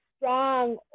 strong